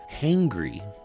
Hangry